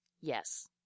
Yes